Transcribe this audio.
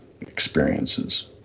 experiences